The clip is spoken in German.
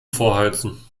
vorheizen